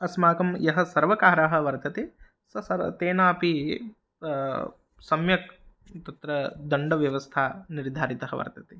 अस्माकं यः सर्वकारः वर्तते स सर् तेनापि सम्यक् तत्र दण्डव्यवस्था निर्धारिता वर्तते